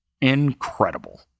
incredible